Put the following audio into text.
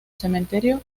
cementerio